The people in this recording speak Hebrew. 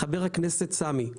חבר הכנסת סמי,